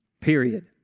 period